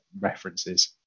references